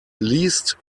least